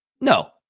No